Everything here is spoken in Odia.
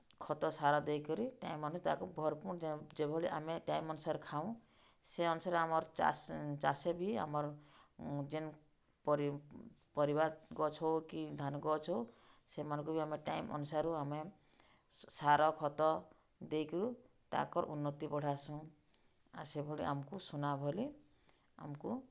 ଖତ ସାର ଦେଇକରି ଟାଇମ୍ ଅନୁସାରେ ତାକୁ ଭର୍ପୁର୍ ଯେଭଳି ଆମେ ଟାଇମ୍ ଅନୁସାରେ ଖାଉଁ ସେ ଅନୁସାରେ ଆମର୍ ଚାଷ୍ ଚାଷେ ବି ଆମର୍ ଯେନ୍ ପରିବା ଗଛ୍ ହଉ କି ଧାନ୍ ଗଛ୍ ହଉ ସେମାନ୍ଙ୍କୁ ବି ଆମେ ଟାଇମ୍ ଅନୁସାରୁ ଆମେ ସାର ଖତ ଦେଇକରୁ ତାଙ୍କର୍ ଉନ୍ନତି ବଢ଼ାସୁଁ ଆର୍ ସେଭଳି ଆମ୍କୁ ସୁନା ଭଲି ଆମ୍କୁ